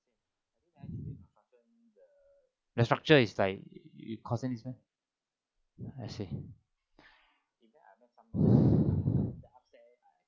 the structure is like I see